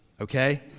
okay